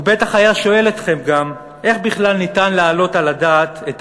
הוא בטח היה שואל אתכם גם איך בכלל ניתן להעלות על הדעת את